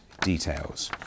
details